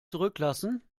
zurücklassen